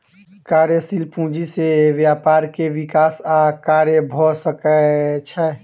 कार्यशील पूंजी से व्यापार के विकास आ कार्य भ सकै छै